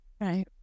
Right